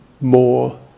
more